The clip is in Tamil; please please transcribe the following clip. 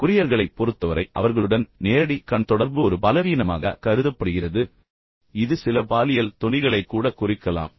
கொரியர்களைப் பொறுத்தவரை அவர்களுடன் நேரடி கண் தொடர்பு ஒரு பலவீனமாக கருதப்படுகிறது மேலும் இது சில பாலியல் தொனிகளைக் கூட குறிக்கலாம்